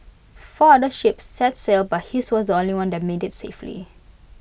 four other ships set sail but his was the only one that made IT safely